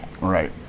right